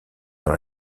dans